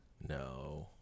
No